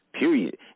Period